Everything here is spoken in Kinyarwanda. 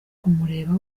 kumureba